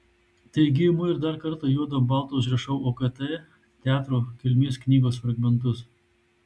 taigi imu ir dar kartą juodu ant balto užrašau okt teatro kilmės knygos fragmentus